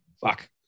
Fuck